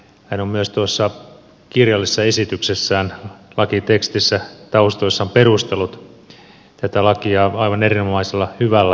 hän on myös tuossa kirjallisessa esityksessään lakitekstin taustoissa perustellut tätä lakia aivan erinomaisella hyvällä tavalla